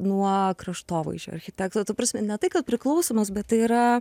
nuo kraštovaizdžio architekto ta prasme ne tai kad priklausomas bet tai yra